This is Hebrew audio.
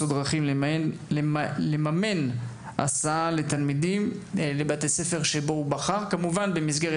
דרכים לממן הסעה לתלמידים לבתי הספר בהם הם בחרו במסגרת